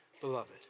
beloved